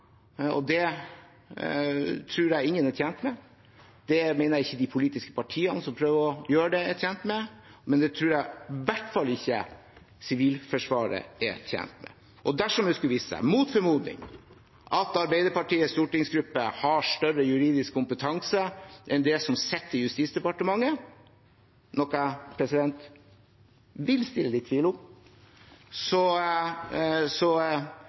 og det tror jeg ingen er tjent med. Det mener jeg ikke de politiske partiene som prøver å gjøre det, er tjent med, og det tror jeg i hvert fall ikke Sivilforsvaret er tjent med. Og dersom det skulle vise seg, mot formodning, at Arbeiderpartiets stortingsgruppe har større juridisk kompetanse enn de som sitter i Justisdepartementet, noe jeg har mine tvil om, så